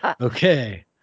Okay